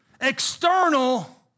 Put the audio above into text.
external